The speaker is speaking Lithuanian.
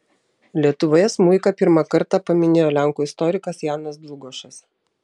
lietuvoje smuiką pirmą kartą paminėjo lenkų istorikas janas dlugošas